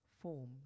form